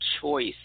choice